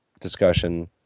discussion